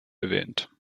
erwähnt